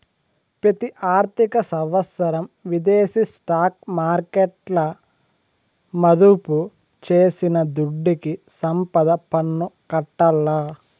పెతి ఆర్థిక సంవత్సరం విదేశీ స్టాక్ మార్కెట్ల మదుపు చేసిన దుడ్డుకి సంపద పన్ను కట్టాల్ల